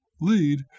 lead